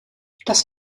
das